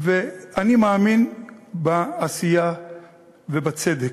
ואני מאמין בעשייה ובצדק.